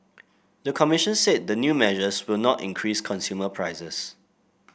the commission said the new measures will not increase consumer prices